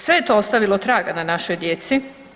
Sve je to ostavilo traga na našoj djeci.